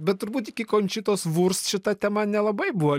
bet turbūt iki končitos vurst šita tema nelabai buvo